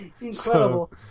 Incredible